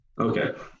Okay